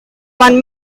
one